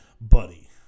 Buddy